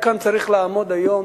למעשה, היה צריך לעמוד כאן היום,